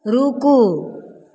रूकु